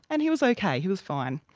and he was okay, he was fine.